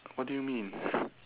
what do you mean